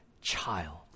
child